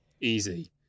easy